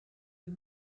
you